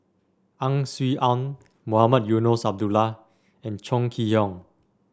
Ang Swee Aun Mohamed Eunos Abdullah and Chong Kee Hiong